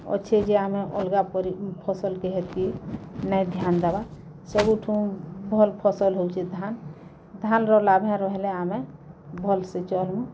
ଅଛେ ଯେ ଆମେ ଅଲଗା ପରି ଫସଲ୍ କେ ହେତକି ନାଇଁ ଧ୍ୟାନ୍ ଦେବାର୍ ସବୁଠୁଁ ଭଲ୍ ଫସଲ୍ ହେଉଛେ ଧାନ୍ ଧାନ୍ର ଲାଭେ ରହେଲେ ଆମେ ଭଲସେ ଚଲ୍ମୁଁ